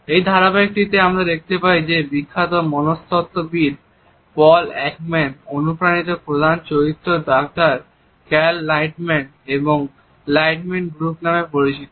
এই ধারাবাহিকটিতে আমরা দেখতে পাই যে বিখ্যাত মনস্তত্ত্ববিদ পল একম্যান অনুপ্রাণিত প্রধান চরিত্র ডাক্তার ক্যাল লাইটম্যান এবং লাইটম্যান গ্রুপ নামে পরিচিত